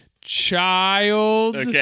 child